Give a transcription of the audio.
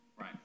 right